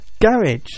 garage